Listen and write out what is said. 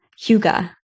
Huga